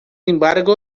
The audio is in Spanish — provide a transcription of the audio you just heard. embargo